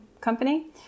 company